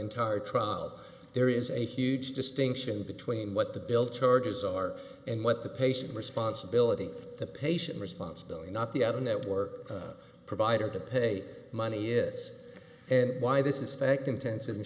entire trial there is a huge distinction between what the bill charges are and what the patient responsibility the patient responsibility not the out of network provider to pay money is and why this is fact intensive and